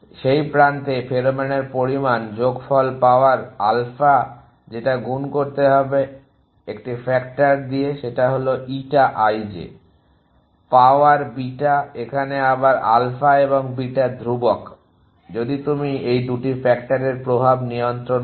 সেই প্রান্তে ফেরোমোনের পরিমাণ যোগফল পাওয়ার আলফা যেটা গুন করতে হবে একটি ফ্যাক্টর দিয়ে যেটা হলো eta i j power beta এখানে আবার আলফা এবং বিটা ধ্রুবক যদি তুমি এই 2টি ফ্যাক্টরের প্রভাব নিয়ন্ত্রণ করেন